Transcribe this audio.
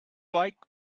like